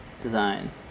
design